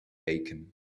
bacon